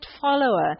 follower